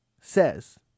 says